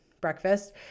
breakfast